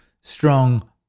Strong